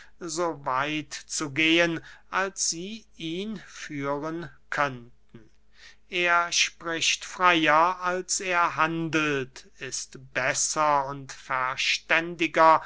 so weit zu gehen als sie ihn führen könnten er spricht freyer als er handelt ist besser und verständiger